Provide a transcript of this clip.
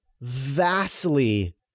vastly